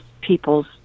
people's